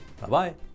Bye-bye